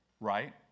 Right